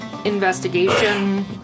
Investigation